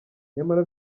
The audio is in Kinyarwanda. nyamara